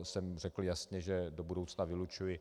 To jsem řekl jasně, že do budoucna vylučuji.